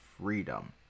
freedom